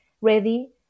ready